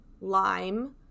lime